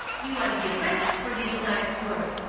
you ought to be arrested for this night's work!